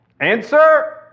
Answer